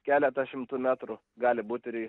keletą šimtų metrų gali būti